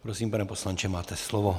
Prosím, pane poslanče, máte slovo.